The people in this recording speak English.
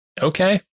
Okay